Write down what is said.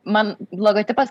man logotipas